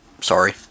sorry